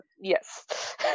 yes